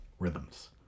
rhythms